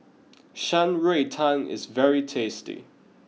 Shan Rui Tang is very tasty